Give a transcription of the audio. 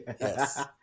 Yes